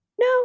no